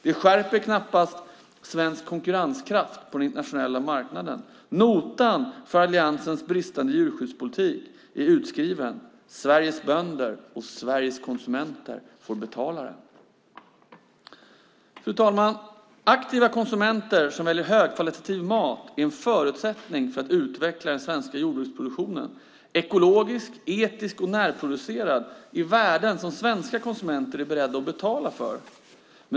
Det skärper knappast svensk konkurrenskraft på den internationella marknaden. Notan för Alliansens bristande djurskyddspolitik är utskriven. Sveriges bönder och Sveriges konsumenter får betala. Fru talman! Aktiva konsumenter som väljer högkvalitativ mat är en förutsättning för att utveckla den svenska jordbruksproduktionen. Ekologisk, etisk och närproducerad är värden som svenska konsumenter är beredda att betala för.